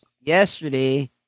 yesterday